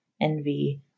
envy